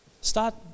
Start